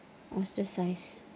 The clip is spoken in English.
ostracised